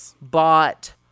bought